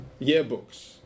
yearbooks